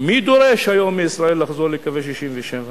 מי דורש היום מישראל לחזור לקווי 67'?